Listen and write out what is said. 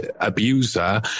abuser